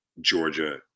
Georgia